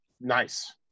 Nice